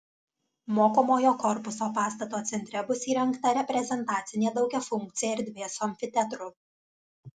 mokomojo korpuso pastato centre bus įrengta reprezentacinė daugiafunkcė erdvė su amfiteatru